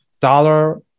dollar